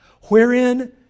wherein